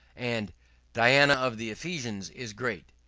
and diana of the ephesians is great.